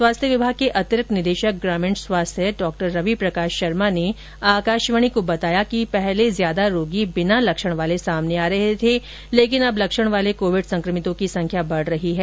स्वास्थ्य विभाग के अतिरिक्त निदेशक ग्रामीण स्वास्थ्य डॉक्टर रवि प्रकाश शर्मा ने आकाशवाणी को बताया की पहले ज्यादा रोगी बिना लक्षण वाले आमने आ रहे थे लेकिन अब लक्षण वाले कोविड संक्रमितों की संख्या बढ़ रही है